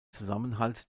zusammenhalt